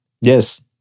Yes